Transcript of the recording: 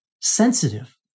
sensitive